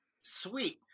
Sweet